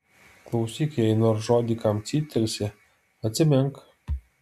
klausyk jei nors žodį kam cyptelsi atsimink